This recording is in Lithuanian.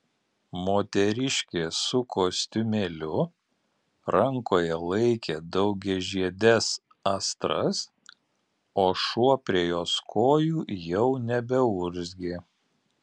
moteriškė su kostiumėliu rankoje laikė daugiažiedes astras o šuo prie jos kojų jau nebeurzgė